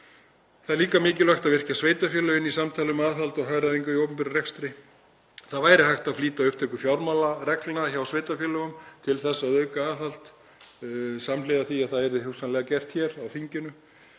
Það er líka mikilvægt að virkja sveitarfélögin í samtali um aðhald og hagræðingu í opinberum rekstri. Það væri hægt að flýta upptöku fjármálareglna hjá sveitarfélögum til þess að auka aðhald samhliða því að það yrði hugsanlega gert hér á þinginu.